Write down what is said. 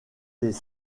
des